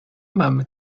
mamy